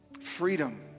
Freedom